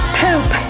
poop